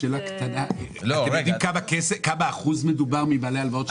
אתם יודעים כמה אחוז מדובר מבעלי ההלוואות?